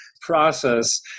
process